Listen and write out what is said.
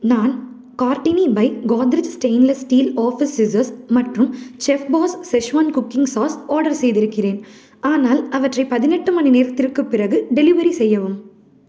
நான் Cartini by Godrej stainless steel office scissors மற்றும் chef boss schezwan cooking sauce order செய்துதிருக்கிறேன் ஆனால் அவற்றை பதினெட்டு மணி நேரத்திற்கு பிறகு டெலிவரி செய்யவும்